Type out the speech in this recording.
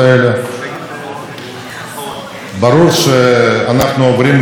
אבל מצד אחר אנחנו צריכים גם את המכשירים היעילים.